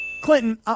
Clinton